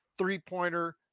Three-pointer